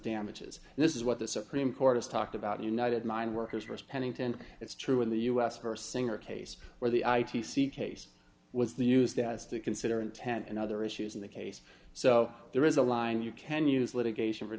damages and this is what the supreme court has talked about the united mine workers was pennington it's true in the u s for singer case where the i t c case was the use that has to consider intent and other issues in the case so there is a line you can use litigation for